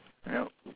yup